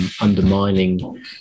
undermining